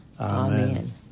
Amen